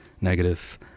negative